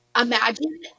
imagine